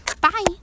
Bye